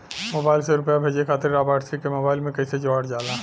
Mobile से रूपया भेजे खातिर लाभार्थी के मोबाइल मे कईसे जोड़ल जाला?